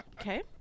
Okay